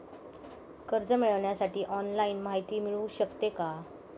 कर्ज मिळविण्यासाठी ऑनलाईन माहिती मिळू शकते का?